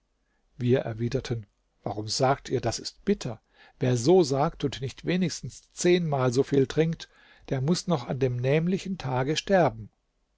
wir erwiderten warum sagt ihr das ist bitter wer so sagt und nicht wenigstens zehnmal so viel trinkt der muß noch an dem nämlichen tage sterben